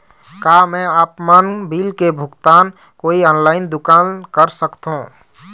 का मैं आपमन बिल के भुगतान कोई ऑनलाइन दुकान कर सकथों?